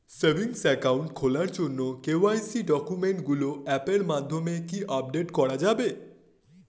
Savings account খোলার জন্য KYC ডকুমেন্টগুলো অ্যাপের মাধ্যমে কি আপডেট করা যাবে?